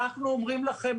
אנחנו אומרים לכם,